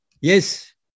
Yes